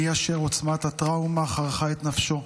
מי אשר עוצמת הטראומה חרכה את נפשו,